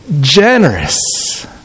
generous